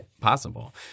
possible